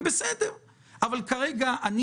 אבל כרגע,